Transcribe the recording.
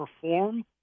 perform